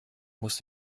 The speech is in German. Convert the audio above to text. muss